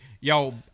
y'all